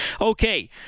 Okay